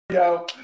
Yo